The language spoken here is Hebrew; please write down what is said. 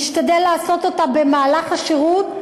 נשתדל לעשות אותה במהלך השירות,